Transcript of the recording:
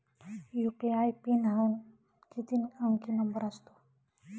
UPI pin हा किती अंकी नंबर असतो?